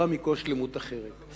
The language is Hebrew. חשובה מכל שלמות אחרת.